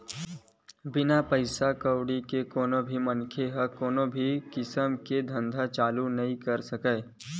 बिना पइसा कउड़ी के तो कोनो भी मनखे ह कोनो भी किसम के धंधा ल चालू तो करे नइ सकय